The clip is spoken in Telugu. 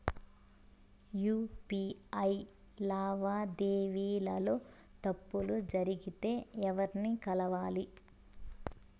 యు.పి.ఐ లావాదేవీల లో తప్పులు జరిగితే ఎవర్ని కలవాలి?